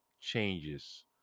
changes